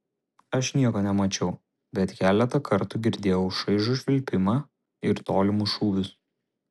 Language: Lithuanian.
aš nieko nemačiau bet keletą kartų girdėjau šaižų švilpimą ir tolimus šūvius